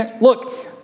Look